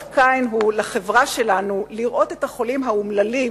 אות קין הוא לחברה שלנו לראות את החולים האומללים,